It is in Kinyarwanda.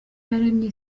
yaremye